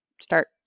start